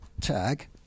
tag